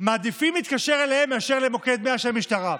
מעדיפים להתקשר אליהם מאשר למוקד 100 של המשטרה.